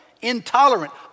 Intolerant